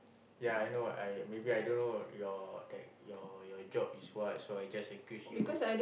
yeah I know I maybe I don't know your your your job is what so I just accused you